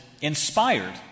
inspired